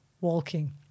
walking